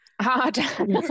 Hard